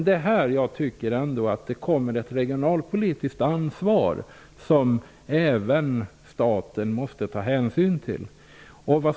Det finns ändå ett regionalpolitiskt ansvar som även staten måste ta hänsyn till.